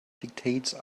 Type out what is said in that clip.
dictates